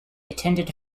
attended